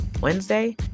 Wednesday